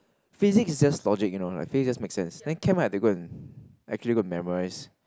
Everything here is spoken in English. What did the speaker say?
physics is just logic you know like physics just make sense then chem I have to go and actually go and memorize